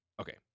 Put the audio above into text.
okay